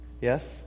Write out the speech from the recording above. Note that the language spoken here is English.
Yes